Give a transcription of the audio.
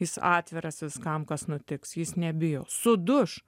jis atviras viskam kas nutiks jis nebijo suduš